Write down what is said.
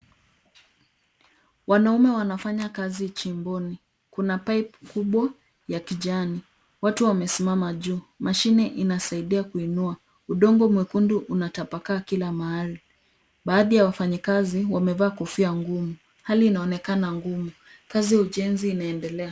Wanaume wanafanya kazi chimboni. Kuna pipe kubwa ya kijani. Watu wamesimama juu. Mashine inasaidia kuinua. Udongo mwekundu unatapakaa kila mahali. Baadhi ya wafanyikazi wamevaa kofia ngumu. Hali inaonekana ngumu. Kazi ya ujenzi inaendelea.